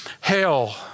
hell